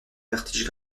vertige